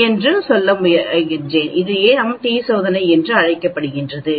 நான் 2 செட் மாதிரிகளைப் பயன்படுத்துவதால் அது இரண்டு மாதிரி டி சோதனை என்று அழைக்கப்படுகிறது